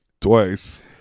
twice